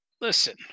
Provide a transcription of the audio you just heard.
Listen